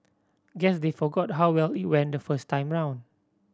guess they forgot how well it went the first time round